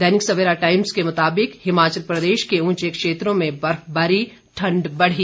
दैनिक Savera Times के मुताबिक हिमाचल प्रदेश के उंचे क्षेत्रों में बर्फबारी ठंड बड़ी